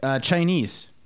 Chinese